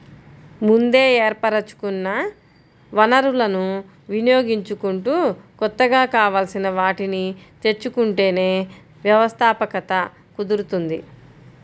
ముందే ఏర్పరచుకున్న వనరులను వినియోగించుకుంటూ కొత్తగా కావాల్సిన వాటిని తెచ్చుకుంటేనే వ్యవస్థాపకత కుదురుతుంది